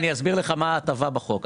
אני אסביר לך מהי ההטבה בחוק.